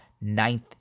ninth